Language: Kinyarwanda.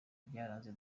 byaranze